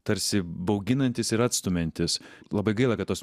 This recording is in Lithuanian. tarsi bauginantis ir atstumiantis labai gaila kad tos